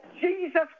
Jesus